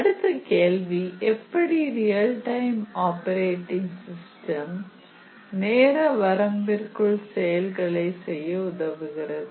அடுத்த கேள்வி எப்படி ரியல் டைம் ஆப்பரேட்டிங் சிஸ்டம் நேர வரம்பிற்குள் செயல்களை செய்ய உதவுகிறது